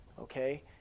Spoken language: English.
okay